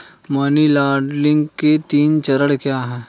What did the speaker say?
Money laundering के तीन चरण क्या हैं?